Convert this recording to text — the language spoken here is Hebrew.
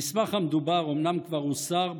המסמך המדובר אומנם כבר הוסר,